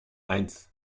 eins